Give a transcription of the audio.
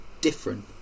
different